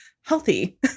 healthy